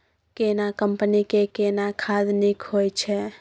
केना कंपनी के केना खाद नीक होय छै?